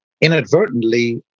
inadvertently